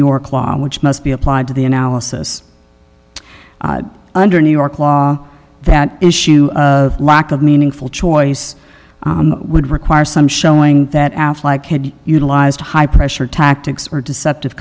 york law which must be applied to the analysis under new york law that issue of lack of meaningful choice would require some showing that affleck had utilized high pressure tactics or deceptive